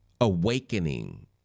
awakening